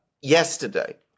yesterday